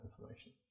information